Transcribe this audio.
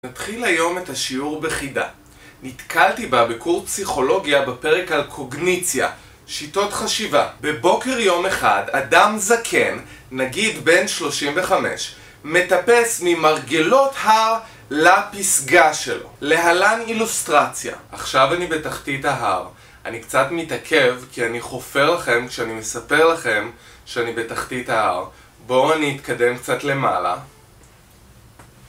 נתחיל היום את השיעור בחידה נתקלתי בה בקורס פסיכולוגיה בפרק על קוגניציה שיטות חשיבה בבוקר יום אחד אדם זקן נגיד בן 35 מטפס ממרגלות הר לפסגה שלו להלן אילוסטרציה עכשיו אני בתחתית ההר אני קצת מתעכב כי אני חופר לכם כשאני מספר לכם שאני בתחתית ההר בואו אני אתקדם קצת למעלה